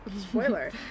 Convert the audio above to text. spoiler